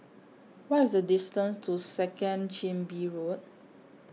What IS The distance to Second Chin Bee Road